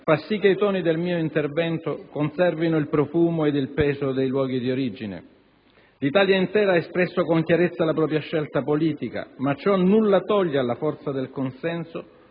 fa sì che i toni del mio intervento conservino il profumo ed il peso dei luoghi di origine. L'Italia intera ha espresso con chiarezza la propria scelta politica, ma ciò nulla toglie alla forza del consenso